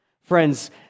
Friends